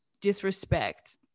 disrespect